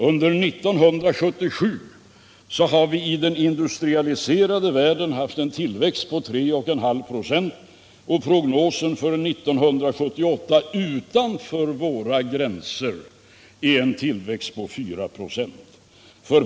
Under 1977 har man iden industrialiserade världen haft en tillväxt på 3,5 96, och prognosen för 1978 — utanför våra gränser — innebär en tillväxt på 4 96.